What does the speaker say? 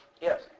Yes